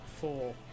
Four